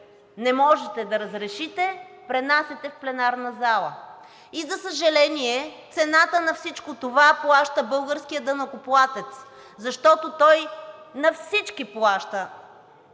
не можете да разрешите, пренасяте в пленарната зала. За съжаление, цената на всичко това плаща българският данъкоплатец, защото той на всички плаща